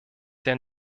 sehr